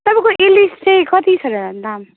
तपाईँको इलिस चाहिँ कति छ र दाम